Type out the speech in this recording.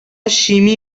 شیمی